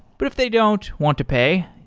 but if they don't want to pay,